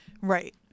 Right